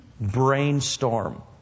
Brainstorm